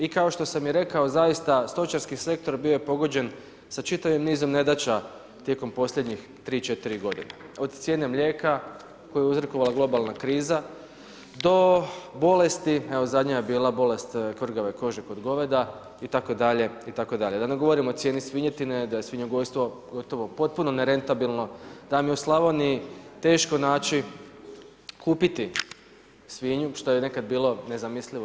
I kao što sam i rekao, zaista, stočarski sektor bio je pogođen sa čitavim nizom nedača tijekom posljednjih 3, 4 g. Od cijene mlijeka, koju je uzrokovala globalna kriza, do bolesti, evo zadnja je bila bolest kvrgave kože kod goveda, itd., itd., da ne govorim o cijeni svinjetine, da je svinjogojstvo, gotovo, potpuno nerentabilno, da vam je u Slavoniji, teško naći, kupiti svinju, što je nekad bilo nezamislivo.